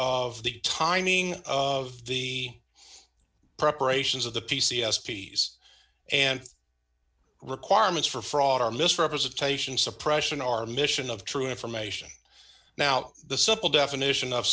of the timing of the preparations of the p c s peace and requirements for fraud or misrepresentation suppression our mission of true information now the simple definition of